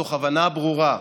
מתוך הבנה ברורה: